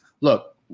look